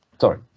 sorry